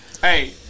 Hey